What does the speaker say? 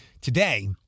today